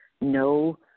no